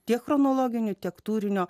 tiek chronologiniu tiek turinio